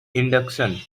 induction